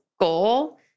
goal